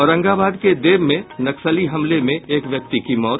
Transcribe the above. औरंगाबाद के देव में नक्सली हमले में एक व्यक्ति की मौत